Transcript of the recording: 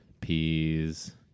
peas